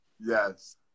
Yes